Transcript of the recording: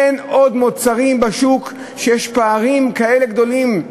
אין עוד מוצרים בשוק שיש בהם פערים כאלה גדולים,